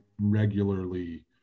regularly